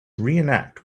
reenact